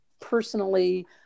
personally